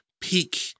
peak